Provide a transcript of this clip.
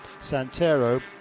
Santero